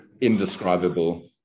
indescribable